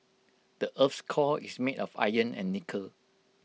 the Earth's core is made of iron and nickel